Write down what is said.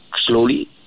slowly